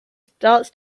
starts